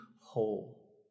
whole